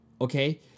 okay